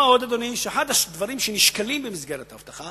מה עוד, אדוני, שאחד הדברים שנשקלים במסגרת האבטחה